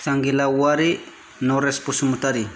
जांगिला औवारि नरेस बसुमतारि